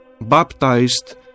baptized